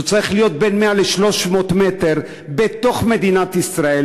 שצריך להיות בין 100 ל-300 מטר בתוך מדינת ישראל.